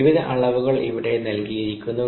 വിവിധ അളവുകൾ ഇവിടെ നൽകിയിരിക്കുന്നു